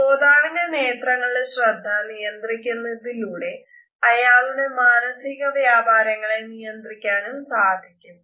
ശ്രോതാവിന്റെ നേത്രങ്ങളുടെ ശ്രദ്ധ നിയന്ത്രിക്കുന്നതിലൂടെ അയാളുടെ മാനസിക വ്യാപാരങ്ങളെ നിയന്ത്രിക്കാനും സാധിക്കും